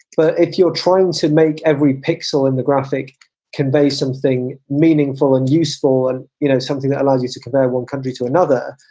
but if you're trying to make every pixel in the graphic convey something meaningful and useful and you know something that allows you to compare one country to another,